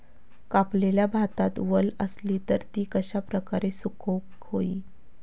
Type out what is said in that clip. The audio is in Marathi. कापलेल्या भातात वल आसली तर ती कश्या प्रकारे सुकौक होई?